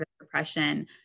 depression